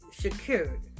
secured